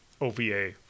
OVA